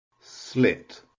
slit